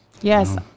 Yes